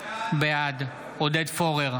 בעד עודד פורר,